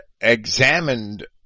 examined